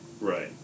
Right